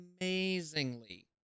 amazingly